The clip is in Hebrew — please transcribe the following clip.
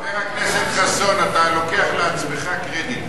חבר הכנסת חסון, אתה לוקח לעצמך קרדיט.